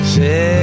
Say